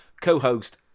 co-host